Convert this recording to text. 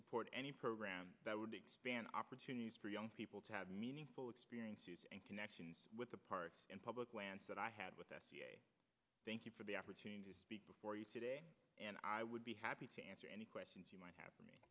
support any program that would expand opportunities for young people to have meaningful experiences and connections with the parks and public lands that i have with us thank you for the opportunity to speak before you today and i would be happy to answer any questions you might ha